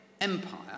empire